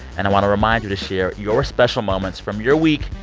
and i want to remind you to share your special moments from your week,